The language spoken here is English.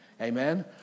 Amen